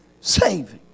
Saving